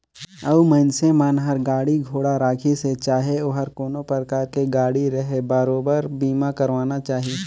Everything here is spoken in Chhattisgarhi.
अउ मइनसे मन हर गाड़ी घोड़ा राखिसे चाहे ओहर कोनो परकार के गाड़ी रहें बरोबर बीमा करवाना चाही